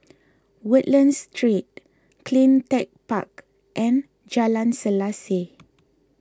Woodlands Street CleanTech Park and Jalan Selaseh